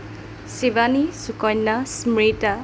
Shivani Sukanya Smrita